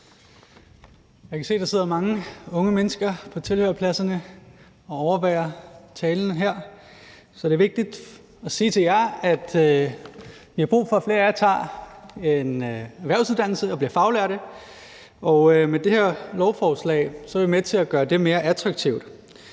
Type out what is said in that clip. Jeg kan se, at der sidder mange unge mennesker på tilhørerpladserne og overværer talen her, så det er vigtigt at sige til jer, at vi har brug for, at flere af jer tager en erhvervsuddannelse og bliver faglærte. Og med det her lovforslag er vi med til at gøre det mere attraktivt.